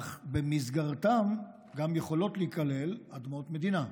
אך במסגרתם גם יכולות להיכלל אדמות מדינה,